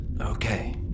Okay